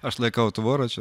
aš laikau tvorą čia